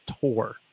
tour